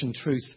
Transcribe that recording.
truth